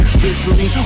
visually